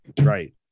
right